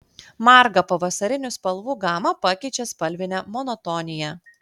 margą pavasarinių spalvų gamą pakeičia spalvinė monotonija